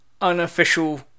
unofficial